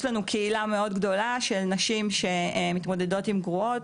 יש לנו קהילה מאוד גדולה של נשים שמתמודדות עם גרורות,